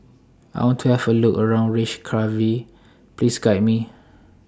I want to Have A Look around Please Guide Me